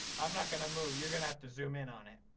i'm not gonna move, you're gonna have to zoom in on it.